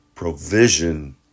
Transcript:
Provision